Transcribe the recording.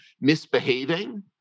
misbehaving